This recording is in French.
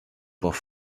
points